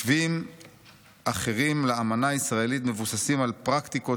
מתווים אחרים לאמנה הישראלית מבוססים על פרקטיקות